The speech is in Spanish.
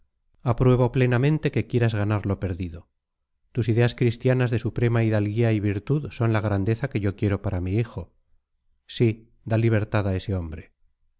apruebo plenamente que quieras ganar lo perdido tus ideas cristianas de suprema hidalguía y virtud son la grandeza que yo quiero para mi hijo sí da libertad a ese hombre